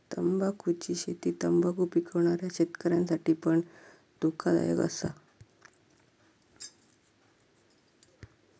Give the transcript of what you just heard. तंबाखुची शेती तंबाखु पिकवणाऱ्या शेतकऱ्यांसाठी पण धोकादायक असा